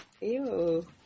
Ew